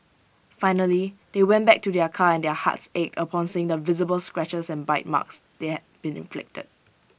finally they went back to their car and their hearts ached upon seeing the visible scratches and bite marks that been inflicted